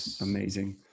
amazing